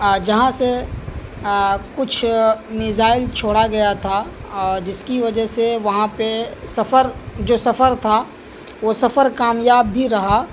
جہاں سے کچھ میزائل چھوڑا گیا تھا جس کی وجہ سے وہاں پہ سفر جو سفر تھا وہ سفر کامیاب بھی رہا